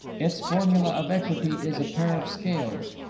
its formula of equity is a pair of scales,